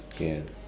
ya